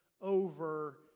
Over